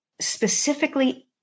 specifically